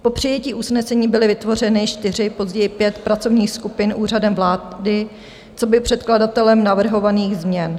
Po přijetí usnesení byly vytvořeny čtyři, později pět pracovních skupin Úřadem vlády coby předkladatelem navrhovaných změn.